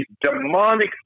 demonic